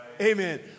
Amen